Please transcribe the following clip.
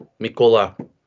Mikola